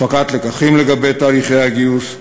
הפקת לקחים לגבי תהליכי הגיוס,